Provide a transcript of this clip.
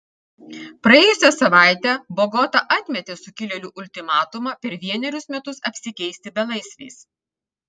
praėjusią savaitę bogota atmetė sukilėlių ultimatumą per vienerius metus apsikeisti belaisviais